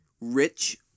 rich